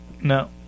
No